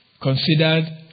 considered